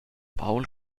baul